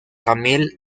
camille